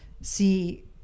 see